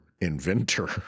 inventor